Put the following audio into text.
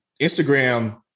Instagram